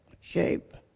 shape